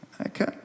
okay